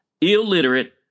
Illiterate